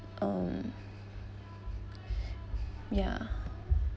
um ya